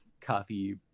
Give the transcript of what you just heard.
coffee